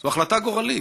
זו החלטה גורלית,